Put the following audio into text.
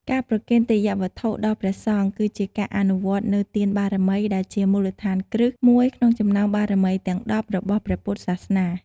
ការប្រគេនទេយ្យវត្ថុដល់ព្រះសង្ឃ គឺជាការអនុវត្តនូវ ទានបារមី ដែលជាមូលដ្ឋានគ្រឹះមួយក្នុងចំណោមបារមីទាំងដប់របស់ព្រះពុទ្ធសាសនា។